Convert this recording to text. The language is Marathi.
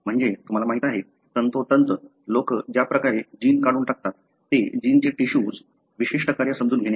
म्हणजे तुम्हाला माहीत आहे तंतोतंत लोक ज्या प्रकारे जीन काढून टाकतात ते जिनचे टिशूज विशिष्ट कार्य समजून घेण्यासाठी